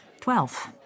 Twelve